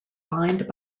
lined